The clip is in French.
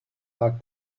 pas